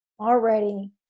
already